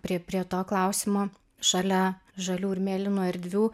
prie prie to klausimo šalia žalių ir mėlynų erdvių